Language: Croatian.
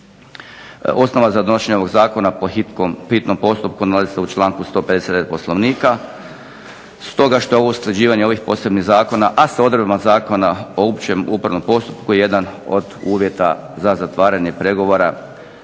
Osnova za donošenje ovog zakona po hitnom postupku nalazi se u članku 159. Poslovnika stoga što je ovo usklađivanje ovih posebnih zakona, a sa odredbama Zakona o općem upravnom postupku jedan od uvjeta za zatvaranje pregovora